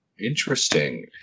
interesting